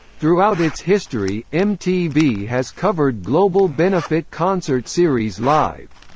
throughout its history, mtv has covered global benefit concert series live.